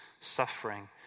suffering